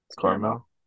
Caramel